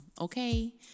Okay